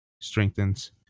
strengthens